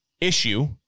issue